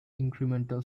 incremental